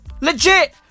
Legit